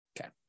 Okay